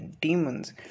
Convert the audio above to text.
demons